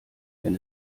wenn